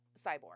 Cyborg